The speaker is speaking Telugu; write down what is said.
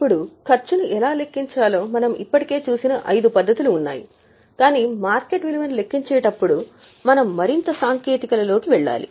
ఇప్పుడు ఖర్చును ఎలా లెక్కించాలో మనం ఇప్పటికే చూసిన ఐదు పద్ధతులు ఉన్నాయి కానీ మార్కెట్ విలువను లెక్కించేటప్పుడు మనము మరింత సాంకేతికతలలోకి వెళ్ళాలి